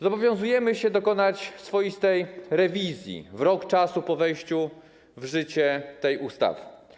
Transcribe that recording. Zobowiązujemy się dokonać swoistej rewizji rok po wejściu w życie tej ustawy.